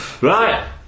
Right